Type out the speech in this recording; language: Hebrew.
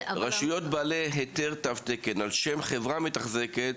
רשויות בעלות היתר תו תקן על שם חברה מתחזקת,